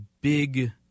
big